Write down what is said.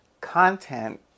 content